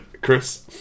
Chris